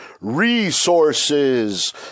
resources